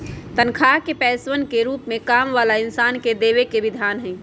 तन्ख्वाह के पैसवन के रूप में काम वाला इन्सान के देवे के विधान हई